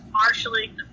partially